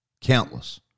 Countless